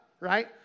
right